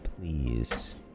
please